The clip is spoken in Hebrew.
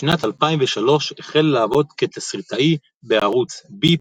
בשנת 2003 החל לעבוד כתסריטאי בערוץ ביפ,